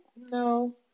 No